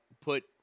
put